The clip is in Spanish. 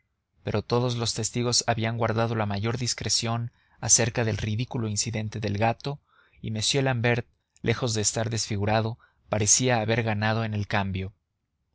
pero todos los testigos habían guardado la mayor discreción acerca del ridículo incidente del gato y m l'ambert lejos de estar desfigurado parecía haber ganado en el cambio